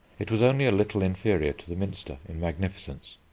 it was only a little inferior to the minster in magnificence.